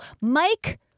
Mike